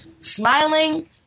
smiling